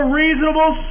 reasonable